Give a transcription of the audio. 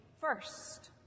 first